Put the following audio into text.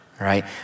right